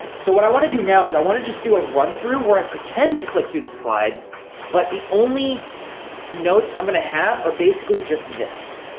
so what i want to do now is i want to just do a run-through where i pretend to click through the slides but the only notes, i'm gonna have are basically just this